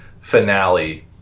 finale